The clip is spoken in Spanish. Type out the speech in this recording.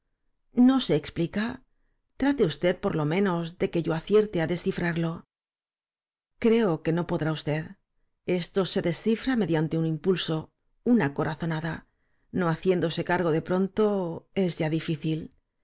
no se explica trate usted por lo m e nos de que yo acierte á descifrarlo reo que no podrá usted esto se descifra mediante un impulso una corazonada no haciéndose cargo de pronto es ya difícil